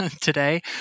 today